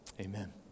Amen